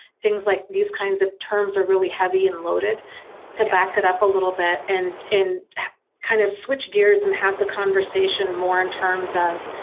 things like these kinds of terms are really heavy and loaded to back it up a little bit and kind of switch gears and have the conversation more in terms of